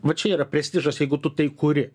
va čia yra prestižas jeigu tu tai kuri